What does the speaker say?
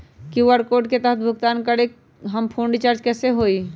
QR code के तहद भुगतान करके हम फोन रिचार्ज कैसे होई?